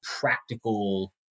practical